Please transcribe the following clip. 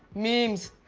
memes.